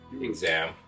exam